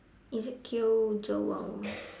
ezekiel joel